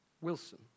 Wilson